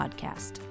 podcast